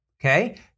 okay